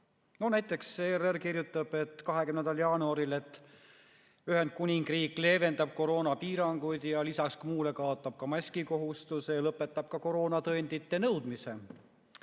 Näiteks kirjutas ERR 20. jaanuaril, et Ühendkuningriik leevendab koroonapiiranguid, lisaks muule kaotab maskikohustuse ja lõpetab ka koroonatõendite nõudmise.